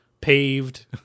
paved